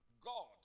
God